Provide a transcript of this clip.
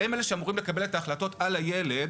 שהם אלה שאמורים לקבל את ההחלטות על הילד